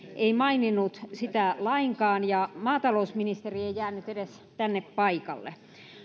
ei maininnut sitä lainkaan ja maatalousministeri ei jäänyt edes tänne paikalle